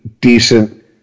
decent –